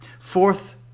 fourth